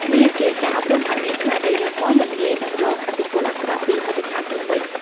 វាជាការអប់រំឱ្យមានស្មារតីរឹងមាំ មិនងាយនឹងរងឥទ្ធិពលអាក្រក់ពីមជ្ឈដ្ឋានជុំវិញ។